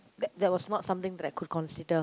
that that was not something that I could consider